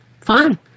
fine